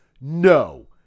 No